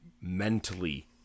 mentally